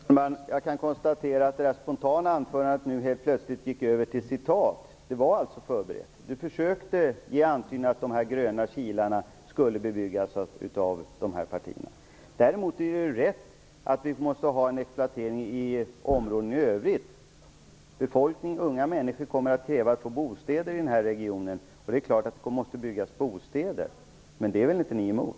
Herr talman! Jag kan konstatera att det spontana anförandet helt plötsligt gick över till citat. Det var alltså förberett. Andreas Carlgren försöker göra antydningar om att de gröna kilarna skulle bebyggas av dessa partier. Däremot är det rätt att vi måste ha en exploatering i området i övrigt. Befolkningen, unga människor, kommer att kräva att få bostäder i denna region. Det är klart att det måste byggas bostäder. Men det är väl inte ni emot?